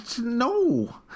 No